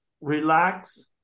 relax